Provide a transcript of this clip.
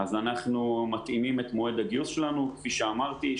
אנחנו מתאימים את מועד הגיוס שלנו כפי שאמרתי,